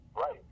right